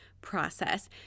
process